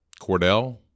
Cordell